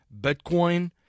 Bitcoin